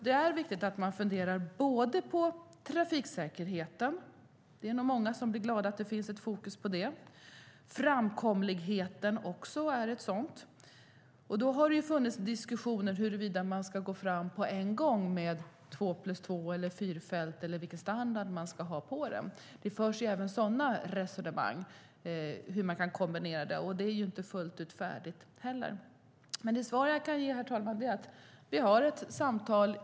Det är viktigt att fundera både på trafiksäkerheten - många blir nog glada för att det är fokus på det - och framkomligheten. Det har funnits diskussioner om huruvida man ska gå fram på en gång med två-plus-två eller fyrfält, eller vilken standard man ska ha. Det förs resonemang om hur man kan kombinera detta, men där är man inte färdig. Herr talman! Det svar jag kan ge är att vi för ett samtal.